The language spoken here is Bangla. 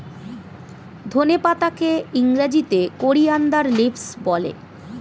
ধনে পাতাকে ইংরেজিতে কোরিয়ানদার লিভস বলে